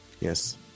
Yes